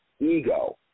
ego